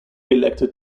elected